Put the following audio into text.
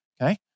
Okay